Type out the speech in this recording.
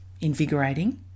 Invigorating